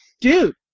Dude